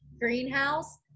greenhouse